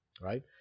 right